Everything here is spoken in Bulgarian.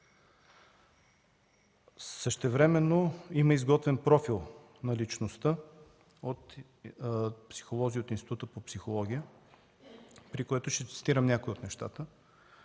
Същевременно има изготвен профил на личността от психолози от Института по психология. Ще цитирам някои от нещата.